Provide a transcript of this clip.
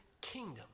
kingdom